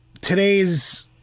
today's